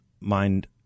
mind